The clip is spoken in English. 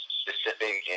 specific